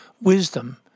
wisdom